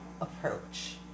approach